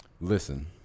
Listen